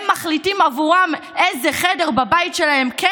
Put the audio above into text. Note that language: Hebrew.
הם מחליטים עבורם איזה חדר בבית שלהם כן